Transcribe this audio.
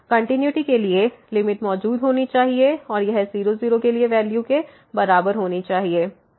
continuity के लिए limit मौजूद होनी चाहिए और यह 0 0 के वैल्यू के बराबर होनी चाहिए